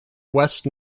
west